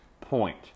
point